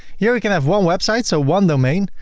here we can have one website, so one domain.